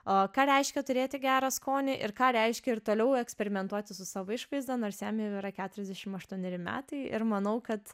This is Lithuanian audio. o ką reiškia turėti gerą skonį ir ką reiškia ir toliau eksperimentuoti su savo išvaizda nors jam jau yra keturiasdešim aštuoneri metai ir manau kad